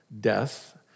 death